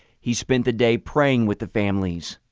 he spent the day praying with the families.